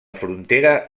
frontera